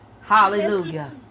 hallelujah